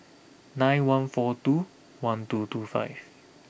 nine one four two one two two five